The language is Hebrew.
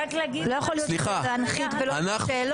לא יכולים להנחית ולא יהיו שאלות.